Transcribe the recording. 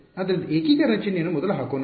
ಆದ್ದರಿಂದ ಏಕೀಕರಣ ಚಿಹ್ನೆಯನ್ನು ಮೊದಲು ಹಾಕೋನ